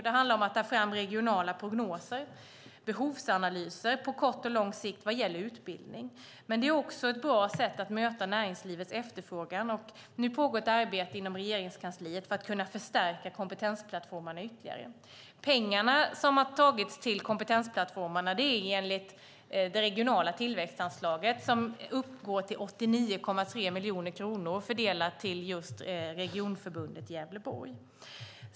Det handlar om att ta fram regionala prognoser och behovsanalyser på kort och lång sikt när det gäller utbildning. Men det är också ett bra sätt att möta näringslivets efterfrågan. Nu pågår ett arbete inom Regeringskansliet för att kunna förstärka kompetensplattformarna ytterligare. De pengar som har tagits till kompetensplattformarna kommer från det regionala tillväxtanslaget som uppgår till 89,3 miljoner kronor fördelat till just Regionförbundet Gävleborg.